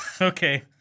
Okay